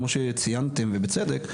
כמו שציינתם ובצדק,